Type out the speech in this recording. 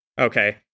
Okay